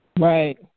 Right